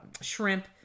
shrimp